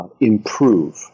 improve